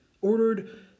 Ordered